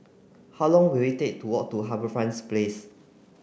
how long will it take to walk to HarbourFront Place